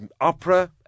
opera